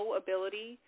ability